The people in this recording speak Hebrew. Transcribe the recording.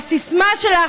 והסיסמה שלך,